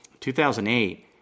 2008